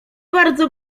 bardzo